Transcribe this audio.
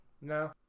No